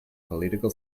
political